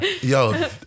yo